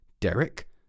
Derek